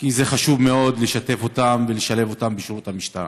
כי זה חשוב מאוד לשתף אותם ולשלב אותם בשירות המשטרה.